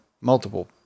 multiple